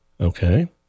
Okay